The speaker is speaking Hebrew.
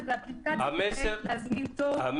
ובאפליקציה כדי להזמין תור --- תודה,